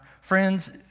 Friends